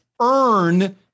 earn